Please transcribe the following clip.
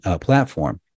platform